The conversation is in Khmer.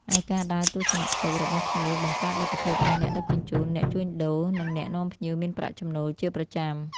ឯការដើរទស្សនកិច្ចរបស់ភ្ញៀវបង្កើតលទ្ធភាពឱ្យអ្នកដឹកជញ្ជូន អ្នកជួញដូរ និងអ្នកនាំភ្ញៀវមានប្រាក់ចំណូលជាប្រចាំថ្ងៃ។